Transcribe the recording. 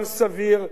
על-פי העניין,